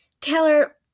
Taylor